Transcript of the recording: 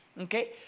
Okay